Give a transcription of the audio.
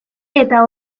eta